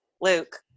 luke